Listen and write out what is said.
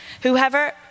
Whoever